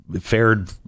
fared